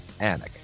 Anik